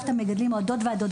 או הדוד והדודה,